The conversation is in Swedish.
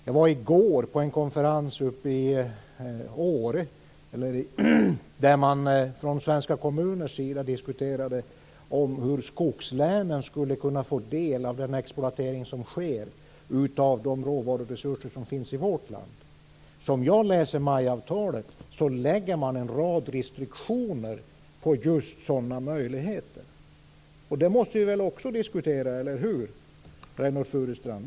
I går var jag på en konferens i Åre där man från svenska kommuners sida diskuterade hur skogslänen skulle kunna få del av den exploatering som sker av de råvaruresurser som finns i vårt land. Som jag läser MAI-avtalet lägger det en rad restriktioner på just sådana möjligheter. Detta måste vi väl också diskutera - eller hur, Reynoldh Furustrand?